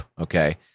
okay